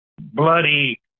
bloody